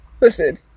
listen